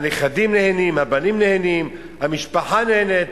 הנכדים נהנים, הבנים נהנים, המשפחה נהנית,